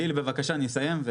גיל, בבקשה אני אסיים.